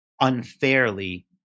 unfairly